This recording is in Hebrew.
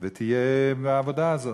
ותהיה בעבודה הזאת.